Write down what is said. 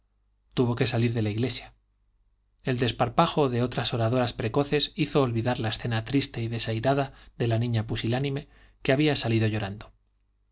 tuvo que salir de la iglesia el desparpajo de otras oradoras precoces hizo olvidar la escena triste y desairada de la niña pusilánime que había salido llorando